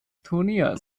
turniers